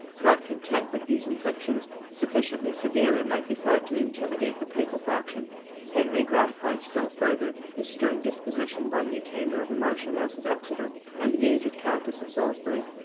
not content with these inflictions sufficiently severe it might be thought to intimidate the papal faction henry gratified still further his stern disposition by the attainder of the marchioness of exeter and the aged countess of salisbury.